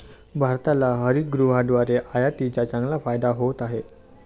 भारताला हरितगृहाद्वारे आयातीचा चांगला फायदा होत आहे